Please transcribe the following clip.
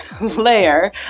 layer